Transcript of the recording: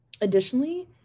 additionally